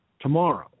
tomorrow